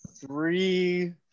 three